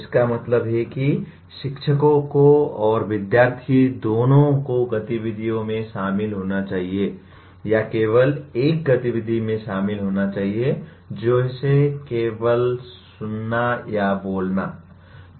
इसका मतलब है कि शिक्षकों और विद्यार्थी दोनों को गतिविधियों में शामिल होना चाहिए या केवल एक गतिविधि में शामिल होना चाहिए जैसे केवल सुनना या बोलना